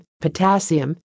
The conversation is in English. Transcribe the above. potassium